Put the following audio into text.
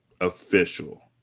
official